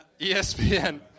ESPN